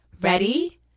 ready